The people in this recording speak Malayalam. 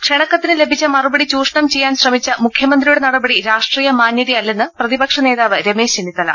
ക്ഷണക്കത്തിന് ലഭിച്ച മറുപടി ചൂഷണം ചെയ്യാൻ ശ്രമിച്ച മുഖ്യമന്ത്രിയുടെ നടപടി രാഷ്ട്രീയ മാന്യതയല്ലെന്ന് പ്രതിപക്ഷ് നേതാവ് രമേശ് ചെന്നിത്തല